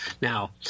Now